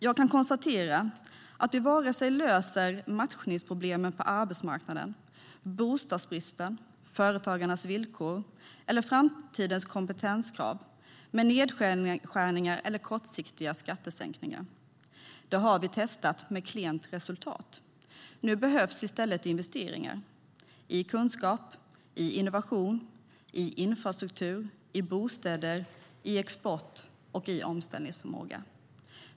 Jag kan konstatera att vi inte löser vare sig matchningsproblemen på arbetsmarknaden, bostadsbristen, företagens villkor eller framtidens kompetenskrav med nedskärningar eller kortsiktiga skattesänkningar. Det har vi testat med klent resultat. Nu behövs i stället investeringar - i kunskap, i innovation, i infrastruktur, i bostäder, i export och i omställningsförmåga.